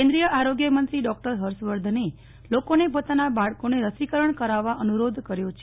કેન્દ્રીય આરોગ્યમંત્રી ડોક્ટર હર્ષવર્ધને લોકોને પોતાના બાળકોને રસીકરણ કરાવવા અનુરોધ કર્યો છે